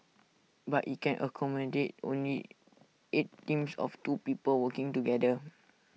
but IT can accommodate only eight teams of two people working together